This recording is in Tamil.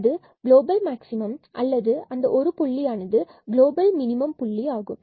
அது குளோபல் மேக்ஸிமம் அல்லது அந்த ஒரு புள்ளியானது குளோபல் மினிமம் புள்ளி ஆகும்